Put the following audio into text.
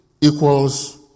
equals